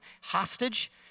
hostage